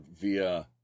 via